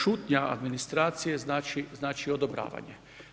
Šutnja administracije znači odobravanje.